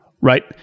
Right